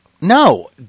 No